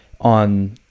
on